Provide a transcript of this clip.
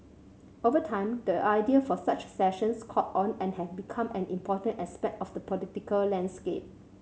over time the idea for such sessions caught on and have become an important aspect of the political landscape